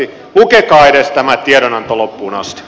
lukekaa edes tämä tiedonanto loppuun asti